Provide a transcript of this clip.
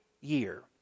year